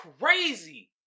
crazy